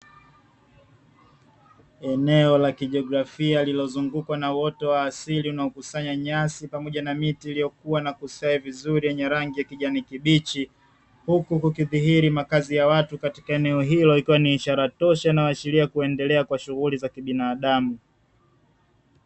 Eneo la kijiografia lililozungukwa uoto wa asili unaokusanya nyasi pamoja na miti iliyokuwa na kustawi vizuri yenye rangi kijani kibichi huku kukidhihiri makazi ya watu katika eneo hilo ikiwa ni ishara tosha inayoashiria kuendelea kwa shughuli za binadamu.